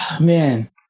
Man